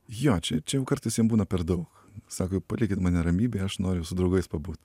jo čia čia jau kartais būna per daug sako palikit mane ramybėj aš noriu su draugais pabūt